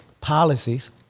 policies